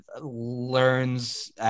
learns